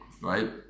right